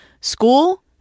school